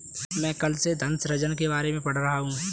मैं कल से धन सृजन के बारे में पढ़ रहा हूँ